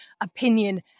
opinion